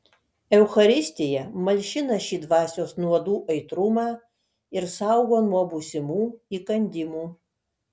eucharistija malšina šį dvasios nuodų aitrumą ir saugo nuo būsimų įkandimų